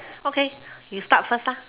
okay you start first lah